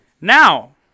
Now